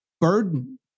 burden